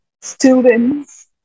students